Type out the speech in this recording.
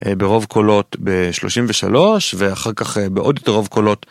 ברוב קולות ב-33 ואחר כך בעוד יותר רוב קולות.